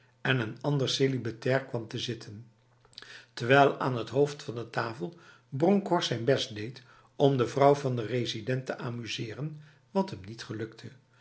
en een ander celibatair kwam te zitten terwijl aan het hoofd van de tafel bronkhorst zijn best deed om de vrouw van de resident te amuseren wat hem niet gelukte